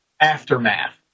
aftermath